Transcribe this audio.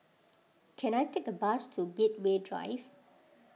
can I take a bus to Gateway Drive